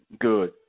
good